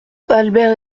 albert